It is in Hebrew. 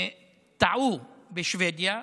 טעו בשבדיה.